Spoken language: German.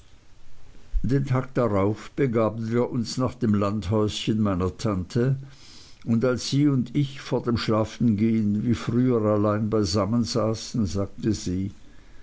den tag darauf begaben wir uns nach dem landhäuschen meiner tante und als sie und ich vor dem schlafengehen wie früher allein beisammensaßen sagte sie